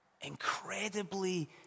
Incredibly